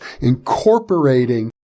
incorporating